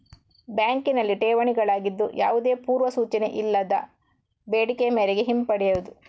ಬ್ಯಾಂಕಿನಲ್ಲಿ ಠೇವಣಿಗಳಾಗಿದ್ದು, ಯಾವುದೇ ಪೂರ್ವ ಸೂಚನೆ ಇಲ್ಲದೆ ಬೇಡಿಕೆಯ ಮೇರೆಗೆ ಹಿಂಪಡೆಯಬಹುದು